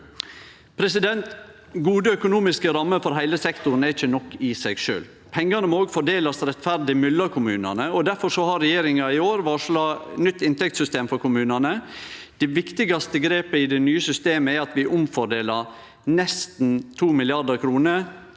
2025 2024 Gode økonomiske rammer for heile sektoren er ikkje nok i seg sjølv. Pengane må også fordelast rettferdig mellom kommunane. Difor har regjeringa i år varsla eit nytt inntektssystem for kommunane. Det viktigaste grepet i det nye systemet er at vi omfordeler nesten 2 mrd. kr